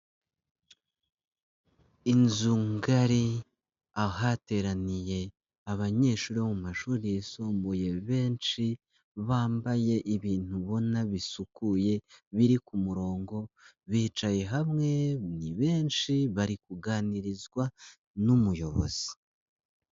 Inzu ngari ahateraniye abanyeshuri bo mu mashuri yisumbuye benshi bambaye ibintu ubona bisukuye biri ku murongo, bicaye hamwe, ni benshi, bari kuganirizwa n'umuyobozi.